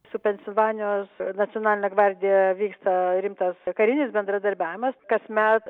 su pensilvanijos nacionaline gvardija vyksta rimtas karinis bendradarbiavimas kasmet